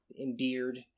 endeared